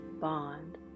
bond